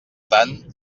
tant